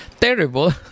terrible